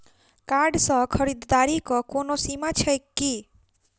Card सँ खरीददारीक कोनो सीमा छैक की?